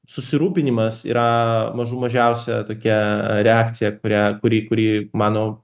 susirūpinimas yra mažų mažiausia tokia reakcija kurią kuri kuri mano